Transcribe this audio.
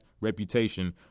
reputation